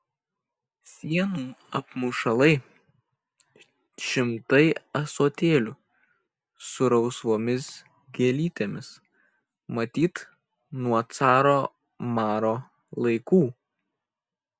sienų apmušalai šimtai ąsotėlių su rausvomis gėlytėmis matyt nuo caro maro laikų